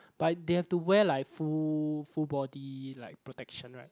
but they have to wear like full full body like protection right